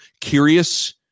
curious